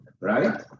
right